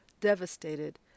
devastated